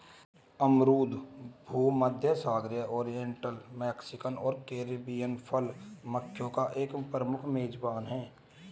अमरूद भूमध्यसागरीय, oriental, Mexican और कैरिबियन फल मक्खियों का एक प्रमुख मेजबान है